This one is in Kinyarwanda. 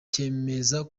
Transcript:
bazize